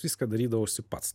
viską darydavausi pats